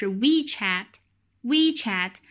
wechat,wechat